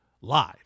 live